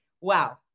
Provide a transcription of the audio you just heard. Wow